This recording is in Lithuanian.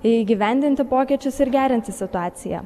įgyvendinti pokyčius ir gerinti situaciją